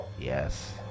Yes